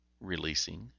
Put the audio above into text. releasing